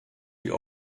die